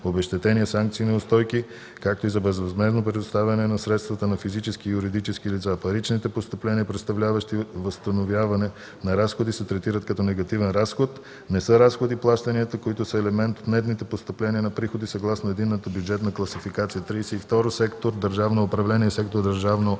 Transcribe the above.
обезщетения, санкции и неустойки, както и за безвъзмездно предоставени средства на физически и юридически лица. Паричните постъпления, представляващи възстановяване на разходи, се третират като негативен разход. Не са разходи плащанията, които са елемент от нетните постъпления на приходи съгласно единната бюджетна класификация. 32. „Сектор „Държавно управление” е сектор „Държавно